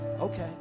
okay